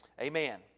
amen